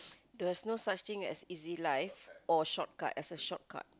there's no such thing as easy life or shortcut as a shortcut